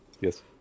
Yes